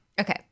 Okay